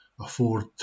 afford